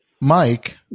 Mike